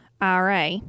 IRA